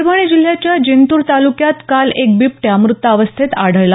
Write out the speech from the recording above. परभणी जिल्ह्याच्या जिंतूर तालुक्यात काल एक बिबट्या मृतावस्थेत आढळला